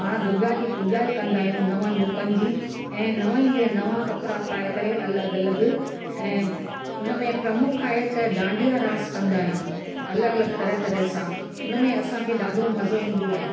मां दुर्गा जी पूॼा कंदा आहियूं नव रुपनि जी ऐं नव ई ॾींहं नवां कपिड़ा पाए करे अलॻि अलॻि ऐं हुन में प्रमुख आहे त डांडिया रास कंदा आहियूं अलॻि अलॻि तरह तरह सां हुन में असांखे ॾाढो मज़ो ईंदो आहे